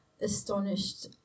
astonished